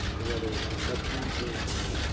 whether it's your subconscious or.